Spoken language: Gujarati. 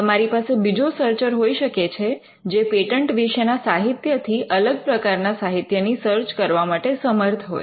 તમારી પાસે બીજો સર્ચર હોઈ શકે છે જે પેટન્ટ વિશેના સાહિત્યથી અલગ પ્રકારના સાહિત્ય ની સર્ચ કરવા માટે સમર્થ હોય